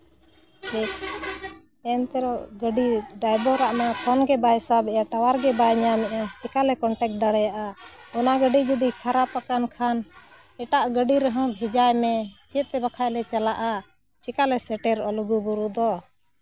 ᱮᱱᱛᱮ ᱨᱮᱦᱚᱸ ᱜᱟᱹᱰᱤ ᱰᱟᱭᱵᱷᱚᱨᱟᱜ ᱢᱮ ᱯᱷᱳᱱ ᱜᱮ ᱵᱟᱭ ᱥᱟᱵᱮᱫᱼᱟ ᱴᱟᱣᱟᱨ ᱜᱮ ᱵᱟᱭ ᱧᱟᱢᱮᱫᱼᱟ ᱪᱮᱠᱟᱞᱮ ᱠᱚᱱᱴᱟᱠᱴ ᱫᱟᱲᱮᱭᱟᱜᱼᱟ ᱚᱱᱟ ᱜᱟᱹᱰᱤ ᱡᱩᱫᱤ ᱠᱷᱟᱨᱟᱯ ᱟᱠᱟᱱ ᱠᱷᱟᱱ ᱮᱴᱟᱜ ᱜᱟᱹᱰᱤ ᱨᱮᱦᱚᱸ ᱵᱷᱮᱡᱟᱭ ᱢᱮ ᱪᱮᱫ ᱛᱮ ᱵᱟᱠᱷᱟᱱ ᱞᱮ ᱪᱟᱞᱟᱜᱼᱟ ᱪᱤᱠᱟᱞᱮ ᱥᱮᱴᱮᱨᱚᱜᱼᱟ ᱞᱩᱜᱩᱼᱵᱩᱨᱩ ᱫᱚ